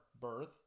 birth